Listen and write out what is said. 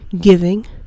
giving